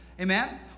Amen